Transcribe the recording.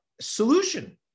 solution